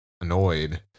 annoyed